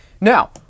Now